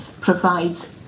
provides